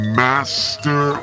master